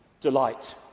delight